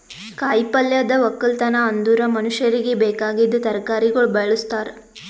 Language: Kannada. ಕಾಯಿ ಪಲ್ಯದ್ ಒಕ್ಕಲತನ ಅಂದುರ್ ಮನುಷ್ಯರಿಗಿ ಬೇಕಾಗಿದ್ ತರಕಾರಿಗೊಳ್ ಬೆಳುಸ್ತಾರ್